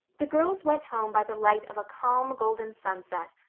the girls went home by the light of a calm golden sunset,